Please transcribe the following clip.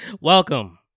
welcome